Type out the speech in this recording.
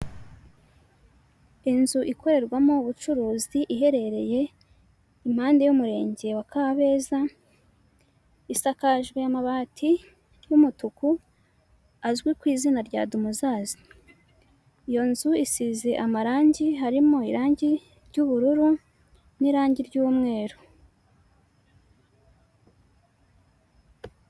Inzu ikorerwamo ubucuruzi iherereye impande y'umurenge wa Kabeza isakajwe amabati y'umutuku azwi ku izina rya dumuzasi, iyo nzu isize amarangi harimo irangi ry'ubururu n'irangi ry'umweru.